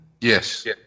Yes